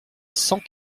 cent